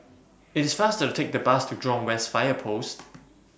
IT IS faster to Take The Bus to Jurong West Fire Post